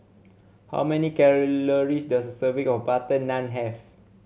how many calories does a serving of butter naan have